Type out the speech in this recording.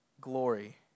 glory